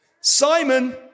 Simon